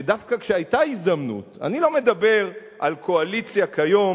שדווקא כשהיתה הזדמנות אני לא מדבר על הקואליציה כיום